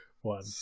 one